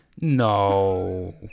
No